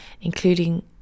including